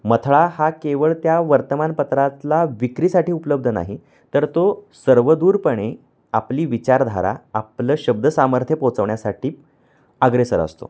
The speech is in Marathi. मथळा हा केवळ त्या वर्तमानपत्रातला विक्रीसाठी उपलब्ध नाही तर तो सर्वदूरपणे आपली विचारधारा आपलं शब्दसामर्थ्य पोचवण्यासाठी अग्रेसर असतो